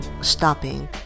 stopping